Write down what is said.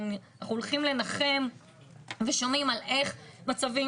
ואנחנו הולכים לנחם ושומעים על איך מצבים